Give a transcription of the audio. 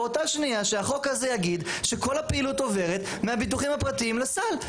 באותה שנייה שהחוק הזה יגיד שכל הפעילות עוברת מהביטוחים הפרטיים לסל.